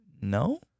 No